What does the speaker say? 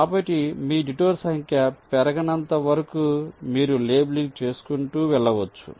కాబట్టి మీ డిటూర్ సంఖ్య పెరగ నంత వరకు మీరు లేబులింగ్ చేసుకుంటూ వెళ్ళవచ్చు